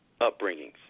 upbringings